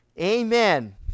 Amen